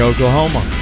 Oklahoma